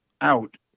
out